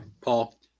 Paul